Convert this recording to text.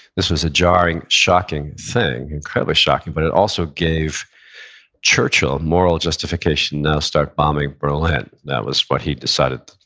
this was a jarring, shocking thing, incredibly shocking, but it also gave churchill moral justification now to start bombing berlin that was what he decided,